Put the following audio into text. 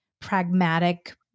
pragmatic